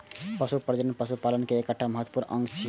पशु प्रजनन पशुपालन केर एकटा महत्वपूर्ण अंग छियै